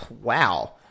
Wow